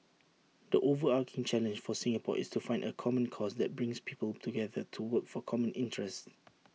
the overarching challenge for Singapore is to find A common cause that brings people together to work for common interests